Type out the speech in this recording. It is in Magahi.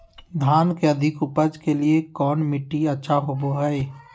धान के अधिक उपज के लिऐ कौन मट्टी अच्छा होबो है?